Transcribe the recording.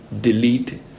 delete